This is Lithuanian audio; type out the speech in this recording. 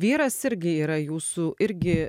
vyras irgi yra jūsų irgi